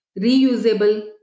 reusable